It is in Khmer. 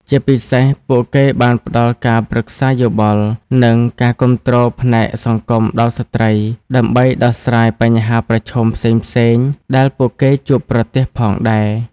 ជាពិសេស ពួកគេបានផ្តល់ការប្រឹក្សាយោបល់ និងការគាំទ្រផ្នែកសង្គមដល់ស្ត្រី ដើម្បីដោះស្រាយបញ្ហាប្រឈមផ្សេងៗដែលពួកគេជួបប្រទះផងដែរ។